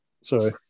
Sorry